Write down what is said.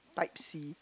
type C